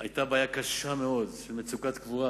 היתה בעיה קשה מאוד של מצוקת קבורה,